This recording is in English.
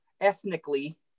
ethnically